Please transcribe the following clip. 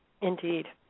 Indeed